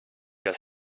das